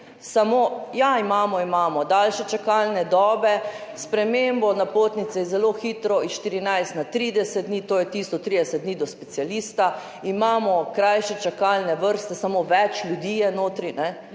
Ja, imamo, imamo – daljše čakalne dobe, spremembo napotnice zelo hitro z 14 na 30 dni, to je tisto 30 dni do specialista, imamo krajše čakalne vrste, samo več ljudi je notri. Kajne?